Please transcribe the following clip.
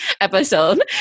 episode